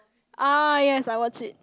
ah yes I watched it